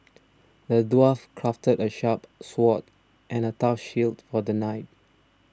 the dwarf crafted a sharp sword and a tough shield for the knight